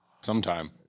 Sometime